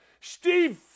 Steve